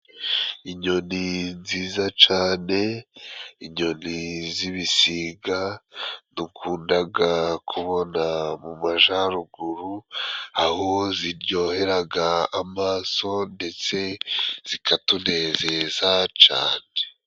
Inyoni nziza cane inyoni z'ibisiga, dukundaga kubona mu majaruguru, aho ziryoheraga amaso ndetse zikatunezeza cane.